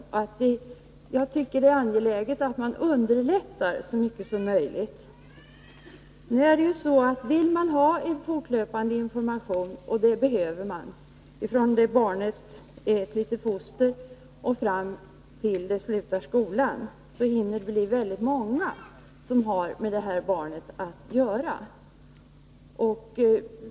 Jag tycker därför att det är angeläget att man underlättar personalens arbete så mycket som möjligt. Vill man ha en fortlöpande information — och det behöver man — från det barnet är ett litet foster och fram till dess att det slutar skolan, hinner det bli väldigt många som har med barnet att göra.